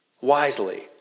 wisely